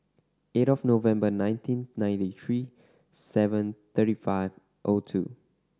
eight of November nineteen ninety three seven thirty five O two